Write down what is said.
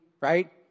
right